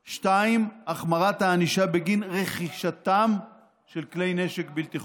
2. החמרת הענישה בגין רכישתם של כלי נשק בלתי חוקיים.